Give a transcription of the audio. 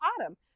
Autumn